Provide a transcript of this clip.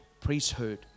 priesthood